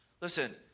listen